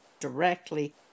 directly